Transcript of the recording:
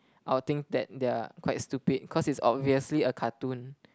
I will think that they are quite stupid because it's obviously a cartoon